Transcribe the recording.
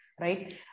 right